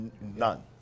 none